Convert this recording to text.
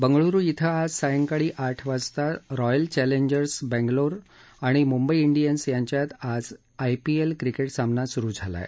बंगळ्रु इथं आज सायंकाळी आठ वाजता रॉयल चॅलेंजर्स बंगलोर आणि मुंबई इंडियन्स यांच्यात आज आयपीएल क्रिकेट सामना सुरु झाला आहे